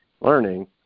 learning